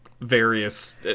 various